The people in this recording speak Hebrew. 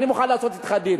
אני מוכן לעשות אתך דיל,